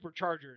Superchargers